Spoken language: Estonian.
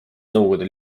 nõukogude